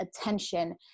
attention